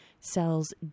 cells